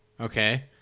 Okay